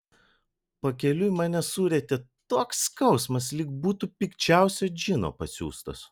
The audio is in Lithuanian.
pakeliui mane surietė toks skausmas lyg būtų pikčiausio džino pasiųstas